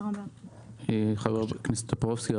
חבר הכנסת טופורובסקי,